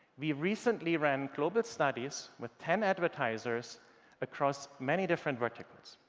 we recently ran global studies with ten advertisers across many different verticals.